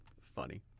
Funny